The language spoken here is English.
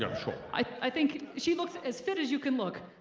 um sure. i think she looks as fit as you can look.